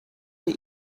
der